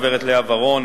הגברת לאה ורון,